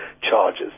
charges